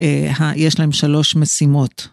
יש להם שלוש משימות.